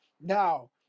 Now